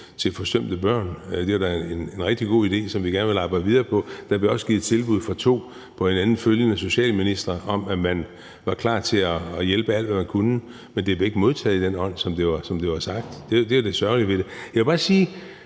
til forsømte børn. Det er da en rigtig god idé, som vi gerne vil arbejde videre på. Der blev også givet tilbud fra to på hinanden følgende socialministre om, at man var klar til at hjælpe alt, hvad man kunne, men det blev ikke modtaget i den ånd, som det var sagt. Det er jo det sørgelige ved det. Jeg vil bare sige